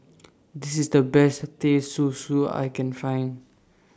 This IS The Best Teh Susu I Can Find